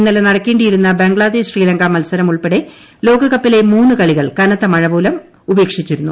ഇന്നലെ നടക്കേണ്ടിയിരുന്ന ബംഗ്ലാദേശ് ശ്രീലങ്ക മത്സരം ഉൾപ്പെടെ ലോകകപ്പിലെ മൂന്ന് കളികൾ കനത്ത മഴ മൂലം ഉപേക്ഷിച്ചിരുന്നു